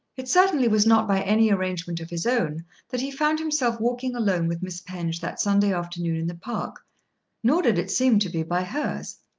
it certainly was not by any arrangement of his own that he found himself walking alone with miss penge that sunday afternoon in the park nor did it seem to be by hers.